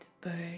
bird